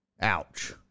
ouch